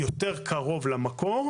יותר קרוב למקור,